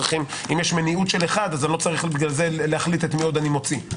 אם יש מניעות של אחד לא צריך להחליט את מי עוד אני מוציא.